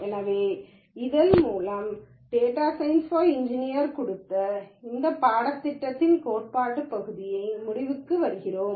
எனவே இதன் மூலம் டேட்டா சயின்ஸ் பார் இன்ஜினியர் குறித்த இந்த பாடத்தின் கோட்பாட்டு பகுதியின் முடிவுக்கு வருகிறோம்